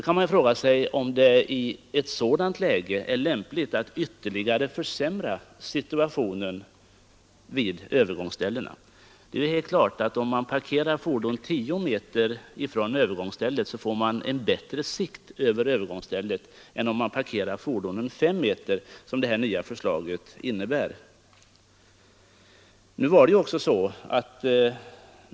Man kan fråga sig, om det i ett sådant läge är lämpligt att ytterligare försämra situationen vid övergångsställena. Om man parkerar fordon 10 meter från övergångsstället är det klart att man får en bättre sikt över detta än om man parkerar fordonen 5 meter därifrån, vilket det nya förslaget innebär.